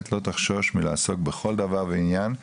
שלא תחשוש באמת מלעסוק בכל דבר ועניין.